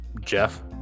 Jeff